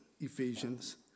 Ephesians